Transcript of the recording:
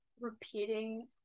repeating